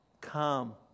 Come